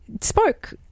spoke